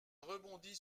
rebondis